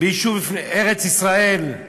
ביישוב ארץ-ישראל.